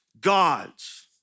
God's